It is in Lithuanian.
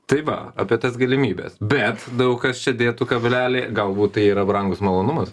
tai va apie tas galimybes bet daug kas čia dėtų kablelį galbūt tai yra brangus malonumas